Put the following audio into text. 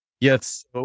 Yes